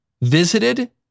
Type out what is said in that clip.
visited